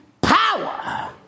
power